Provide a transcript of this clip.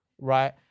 right